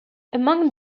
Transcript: among